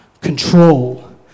control